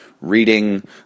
reading